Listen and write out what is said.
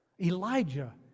Elijah